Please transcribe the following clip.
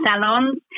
salons